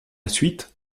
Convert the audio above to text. suite